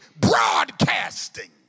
broadcasting